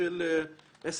אני